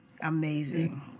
Amazing